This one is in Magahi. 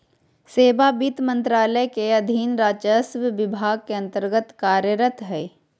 सेवा वित्त मंत्रालय के अधीन राजस्व विभाग के अन्तर्गत्त कार्यरत हइ